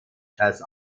jazz